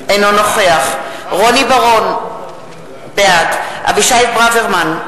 אינו נוכח רוני בר-און, בעד אבישי ברוורמן,